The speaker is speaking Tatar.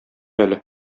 әле